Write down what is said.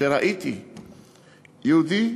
רציתי להביא דוגמה,